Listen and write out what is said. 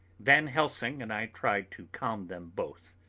van helsing and i tried to calm them both.